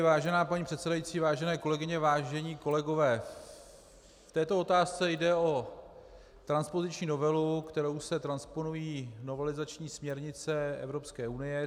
Vážená paní předsedající, vážené kolegyně, vážení kolegové, v této otázce jde o transpoziční novelu, kterou se transponují novelizační směrnice Evropské unie.